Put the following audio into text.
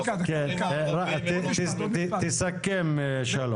תסכם שלום.